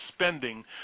spending